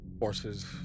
forces